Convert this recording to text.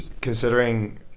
considering